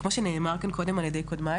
כמו שנאמר כאן קודם על ידי קודמיי,